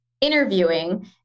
interviewing